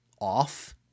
off